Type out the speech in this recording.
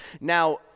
Now